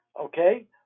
Okay